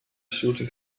shooting